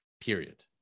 period